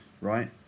right